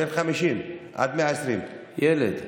בן 50, עד 120. ילד.